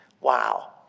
Wow